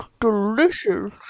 delicious